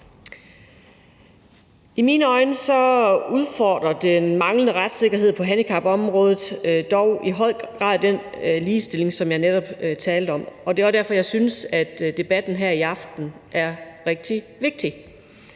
I mine øjne udfordrer den manglende retssikkerhed på handicapområdet dog i høj grad den ligestilling, som jeg netop talte om, og det er derfor, jeg synes, at debatten her i aften er rigtig vigtig.